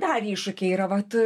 dar iššūkiai yra vat